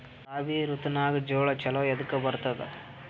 ರಾಬಿ ಋತುನಾಗ್ ಜೋಳ ಚಲೋ ಎದಕ ಬರತದ?